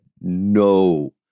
no